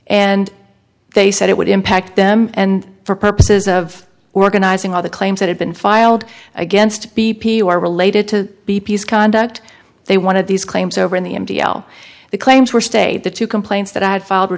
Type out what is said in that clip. and they said it would impact them and for purposes of organizing all the claims that have been filed against b p or related to b p s conduct they wanted these claims over in the m t l the claims were state the two complaints that i had fi